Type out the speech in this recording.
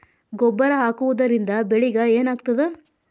ಗೊಬ್ಬರ ಹಾಕುವುದರಿಂದ ಬೆಳಿಗ ಏನಾಗ್ತದ?